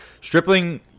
Stripling